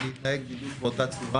תנהג בהם בכבוד.